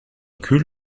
kühl